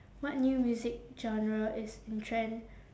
what new music genre is in trend